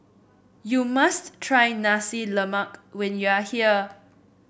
you must try Nasi Lemak when you are here